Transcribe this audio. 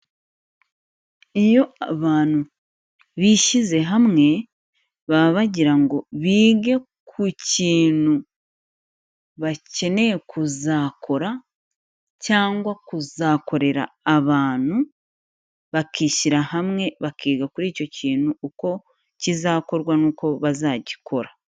Iyo abantu bishyize hamwe, baba bagira ngo bige ku kintu bakeneye kuzakora cyangwa kuzakorera abantu, bakishyira hamwe bakiga kuri icyo kintu, uko kizakorwa n'uko bazagikora.